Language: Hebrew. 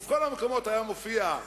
בכל המקומות הופיע,